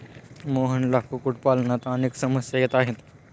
मोहनला कुक्कुटपालनात अनेक समस्या येत आहेत